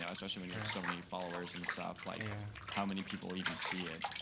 yeah especially when you have so many followers and stuff like yeah how many people even see it.